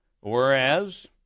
whereas